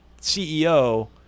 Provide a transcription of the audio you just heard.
CEO